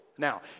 now